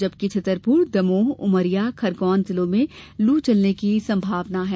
जबकि छतरपुर दमोह उमरिया खरगोन जिलों में लू चलने की संभावना है